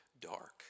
dark